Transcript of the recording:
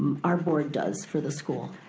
our board does for the school.